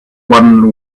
one